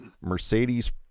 Mercedes